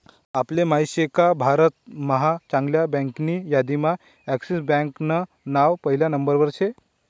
आपले माहित शेका भारत महा चांगल्या बँकासनी यादीम्हा एक्सिस बँकान नाव पहिला नंबरवर शे